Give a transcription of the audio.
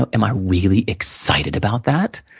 am i really excited about that?